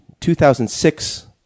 2006